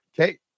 okay